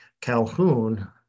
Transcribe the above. Calhoun